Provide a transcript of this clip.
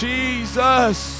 Jesus